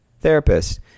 therapist